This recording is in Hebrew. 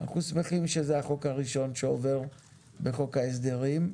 אנחנו שמחים שזהו החוק הראשון שעובר בחוק ההסדרים.